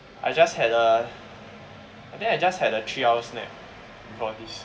I just had a I think I just had a three hours nap before this